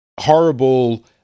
horrible